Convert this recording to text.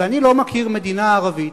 ואני לא מכיר מדינה ערבית,